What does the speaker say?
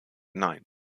nein